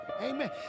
Amen